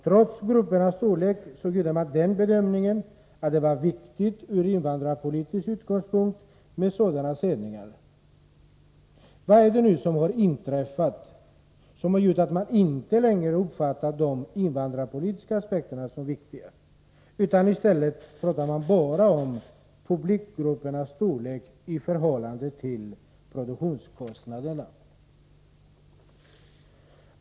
Trots gruppernas storlek gjorde man bedömningen att det var viktigt från invandrarpolitisk utgångspunkt med sådana sändningar. Vad har nu inträffat som har gjort att man inte längre uppfattar de invandrarpolitiska aspekterna som viktiga? I stället talar man bara om publikgruppernas storlek i förhållande till produktionskostnaderna.